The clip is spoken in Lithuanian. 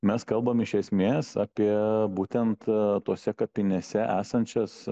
mes kalbam iš esmės apie būtent tose kapinėse esančias